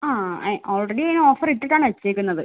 ആ ആ ഏ അൽറെഡി അതിന് ഓഫർ ഇട്ടിട്ടാണ് വെച്ചേക്കുന്നത്